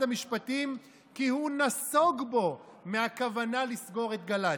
המשפטים כי הוא נסוג בו מהכוונה לסגור את גל"צ.